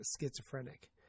schizophrenic